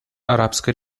арабской